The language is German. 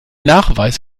nachweis